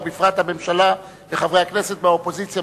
ובפרט הממשלה וחברי הכנסת מהאופוזיציה,